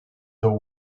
the